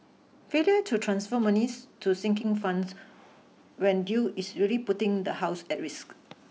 failure to transfer monies to sinking funds when due is really putting the house at risk